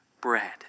bread